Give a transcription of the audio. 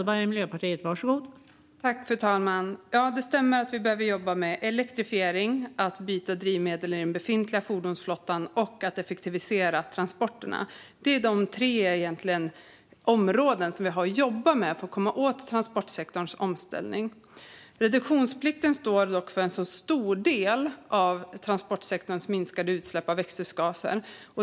Fru talman! Det stämmer att vi behöver jobba med elektrifiering, med att byta drivmedel i den befintliga fordonsflottan och med att effektivisera transporterna. Det är egentligen de tre områden som vi har att jobba med för att komma åt transportsektorns omställning. Reduktionsplikten står dock för en stor del av transportsektorns minskade utsläpp av växthusgaser.